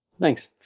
Thanks